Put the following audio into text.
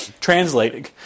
translating